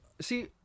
See